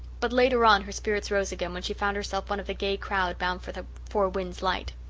but later on her spirits rose again when she found herself one of the gay crowd bound for the four winds light.